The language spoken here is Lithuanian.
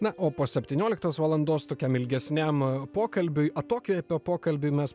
na o po septynioliktos valandos tokiam ilgesniam pokalbiui atokvėpio pokalbiui mes